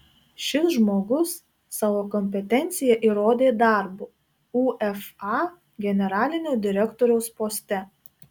šis žmogus savo kompetenciją įrodė darbu uefa generalinio direktoriaus poste